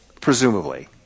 presumably